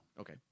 Okay